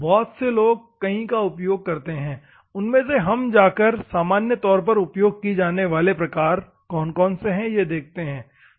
बहुत से लोग कई का उपयोग करते हैं उनमें से हम जाकर देखेंगे कि सामान्य तौर पर उपयोग में लिए जाने वाले प्रकार कौन से हैं